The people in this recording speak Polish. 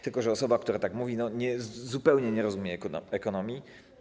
Tylko że osoba, która tak mówi, zupełnie nie rozumie ekonomii.